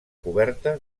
coberta